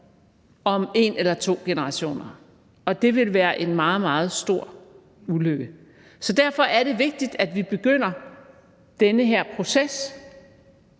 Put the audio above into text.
om en eller to generationer, og det ville være en meget, meget stor ulykke. Derfor er det vigtigt, at vi begynder den her proces.